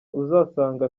uzasanga